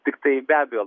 tiktai be abejo